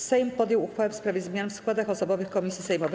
Sejm podjął uchwałę w sprawie zmian w składach osobowych komisji sejmowych.